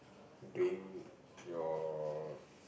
doing your